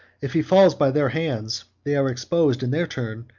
if he falls by their hands, they are exposed, in their turn,